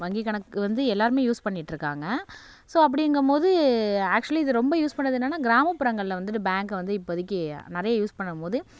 வங்கி கணக்கு வந்து எல்லாருமே யூஸ் பண்ணிகிட்டு இருக்காங்க ஸோ அப்படிங்கும்போது ஆக்சுவலி இது ரொம்ப யூஸ் பண்ணிணது என்னென்னால் கிராமப்புறங்களில் வந்துட்டு பேங்கை வந்து இப்போதைக்கு நிறையா யூஸ் பண்ணும்போது